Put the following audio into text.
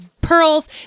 pearls